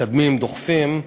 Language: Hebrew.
מקדמים, דוחפים,